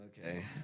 Okay